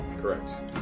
Correct